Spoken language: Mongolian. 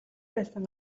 байсан